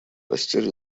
постель